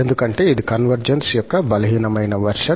ఎందుకంటే ఇది కన్వర్జెన్స్ యొక్క బలహీనమైన వెర్షన్